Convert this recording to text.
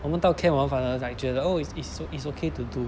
我们到 camp orh 反而 like 觉得 oh is is is okay to do